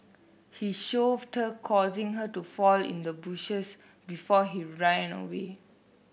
he shoved her causing her to fall into the bushes before he ran away